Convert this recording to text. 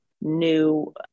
new